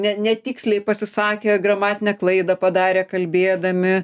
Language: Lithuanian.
ne netiksliai pasisakė gramatinę klaidą padarė kalbėdami